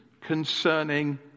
concerning